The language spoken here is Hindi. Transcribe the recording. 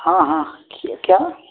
हाँ हाँ किया क्या